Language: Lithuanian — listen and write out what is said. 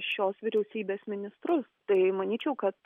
šios vyriausybės ministrus tai manyčiau kad